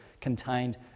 contained